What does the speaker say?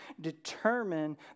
determine